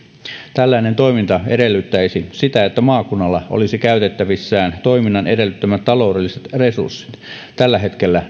tällainen toiminta edellyttäisi sitä että maakunnalla olisi käytettävissään toiminnan edellyttämät taloudelliset resurssit tällä hetkellä